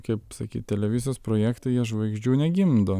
kaip sakyt televizijos projektai jie žvaigždžių negimdo